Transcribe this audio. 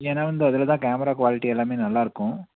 ஏன்னால் வந்து அதில்தான் கேமரா குவாலிட்டி எல்லாமே நல்லாயிருக்கும்